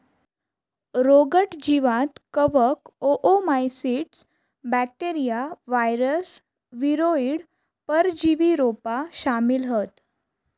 रोगट जीवांत कवक, ओओमाइसीट्स, बॅक्टेरिया, वायरस, वीरोइड, परजीवी रोपा शामिल हत